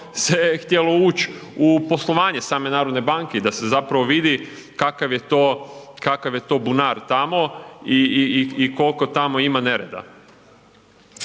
se htjelo uć u poslovanje same narodne banke i da se zapravo vide kakav je to, kakav je to bunar tamo i, i, i, i kolko tamo ima nereda.